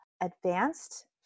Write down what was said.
advanced